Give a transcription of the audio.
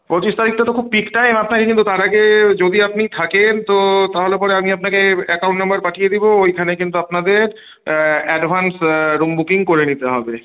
পঁচিশ তারিখটা তো খুব পিক টাইম আপনাকে কিন্তু তার আগে যদি আপনি থাকেন তো তাহলে পরে আমি আপনাকে অ্যাকাউন্ট নাম্বার পাঠিয়ে দেবো ওইখানে কিন্তু আপনাদের অ্যাডভান্স রুম বুকিং করে নিতে হবে